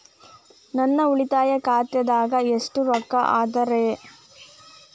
ನನ್ನ ಉಳಿತಾಯ ಖಾತಾದಾಗ ಎಷ್ಟ ರೊಕ್ಕ ಅದ ರೇ?